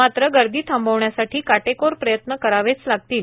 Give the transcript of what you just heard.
मात्र गर्दी थांबविण्यासाठी काटेकोर प्रयत्न करावेच लागतील